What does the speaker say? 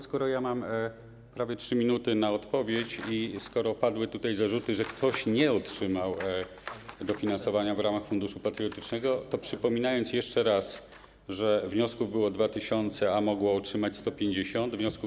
Skoro ja mam prawie 3 minuty na odpowiedź i skoro padły tutaj zarzuty, że ktoś nie otrzymał dofinansowania w ramach Funduszu Patriotycznego, to przypomnę jeszcze raz, że wniosków było 2 tys., a środki mogło otrzymać 150 podmiotów.